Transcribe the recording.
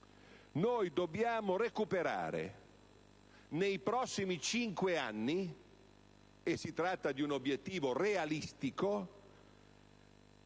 noi: dobbiamo recuperare nei prossimi cinque anni (si tratta di un obiettivo realistico),